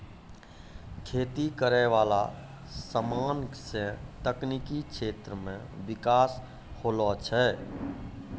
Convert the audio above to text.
खेती करै वाला समान से तकनीकी क्षेत्र मे बिकास होलो छै